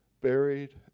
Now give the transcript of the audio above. buried